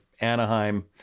anaheim